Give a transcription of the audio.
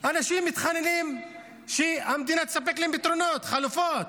אנשים מתחננים שהמדינה תספק להם פתרונות, חלופות,